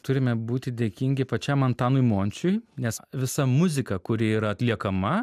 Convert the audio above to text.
turime būti dėkingi pačiam antanui mončiui nes visa muzika kuri yra atliekama